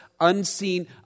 unseen